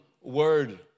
word